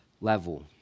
level